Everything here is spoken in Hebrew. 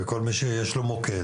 כל מי שיש לו מוקד,